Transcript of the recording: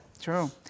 true